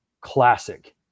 classic